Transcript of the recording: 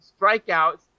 strikeouts